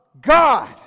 God